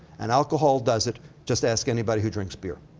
and alcohol does it. just ask anybody who drinks beer.